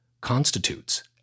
constitutes